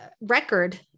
record